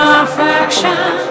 affection